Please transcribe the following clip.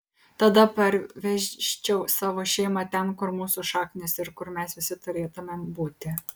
tada parvežčiau savo šeimą ten kur mūsų šaknys ir kur mes visi turėtumėm būti